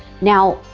now,